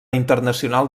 internacional